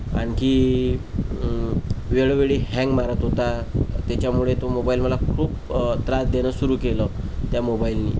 आणखी वेळोवेळी हँग मारत होता त्याच्यामुळे तो मोबाईल मला खूप त्रास देणं सुरू केलं त्या मोबाईलने